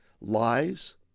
lies